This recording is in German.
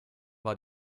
war